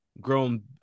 grown